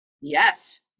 Yes